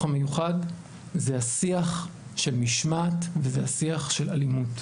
המיוחד וזה השיח של משמעת וזה שיח של אלימות.